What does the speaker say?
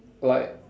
like